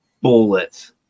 bullets